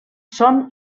són